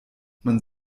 man